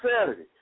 Saturday